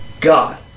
God